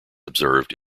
observed